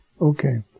Okay